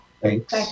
Thanks